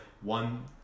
one